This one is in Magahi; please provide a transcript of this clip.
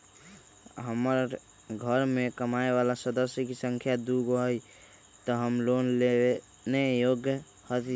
हमार घर मैं कमाए वाला सदस्य की संख्या दुगो हाई त हम लोन लेने में योग्य हती?